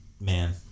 man